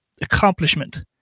accomplishment